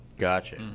Gotcha